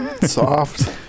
Soft